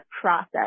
process